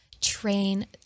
train